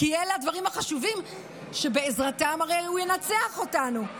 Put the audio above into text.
כי אלה הדברים החשובים שבעזרתם הרי הוא ינצח אותנו.